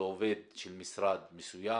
לעובד של משרד מסוים.